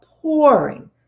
pouring